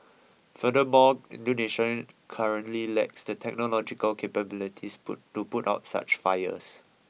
furthermore Indonesia currently lacks the technological capabilities put to put out such fires